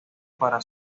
para